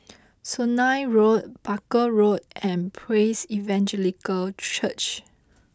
Sungei Road Barker Road and Praise Evangelical Church